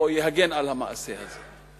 או יגן על המעשה הזה.